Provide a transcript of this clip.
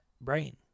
brain